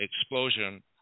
explosion